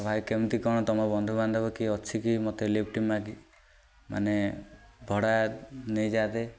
ଭାଇ କେମିତି କ'ଣ ତୁମ ବନ୍ଧୁବାନ୍ଧବ କି ଅଛି କି ମୋତେ ଲିଫ୍ଟ ମାଗି ମାନେ ଭଡ଼ା ନେଇଯାଆନ୍ତେ